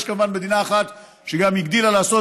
יש כמובן מדינה אחת שגם הגדילה לעשות